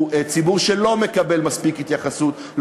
הוא ציבור שלא מקבל מספיק התייחסות,